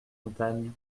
montagne